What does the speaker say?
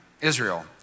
Israel